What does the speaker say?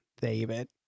David